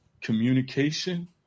communication